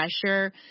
pressure